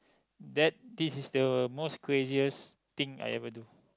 that this is the most craziest thing I ever do